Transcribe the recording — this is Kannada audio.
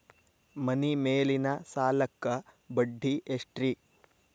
ಮನಿ ಮೇಲಿನ ಸಾಲಕ್ಕ ಬಡ್ಡಿ ಎಷ್ಟ್ರಿ?